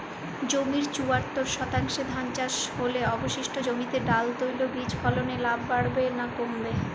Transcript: জমির চুয়াত্তর শতাংশে ধান চাষ হলে অবশিষ্ট জমিতে ডাল তৈল বীজ ফলনে লাভ বাড়বে না কমবে?